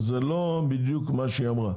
זה לא בדיוק מה שהיא אמרה.